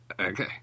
Okay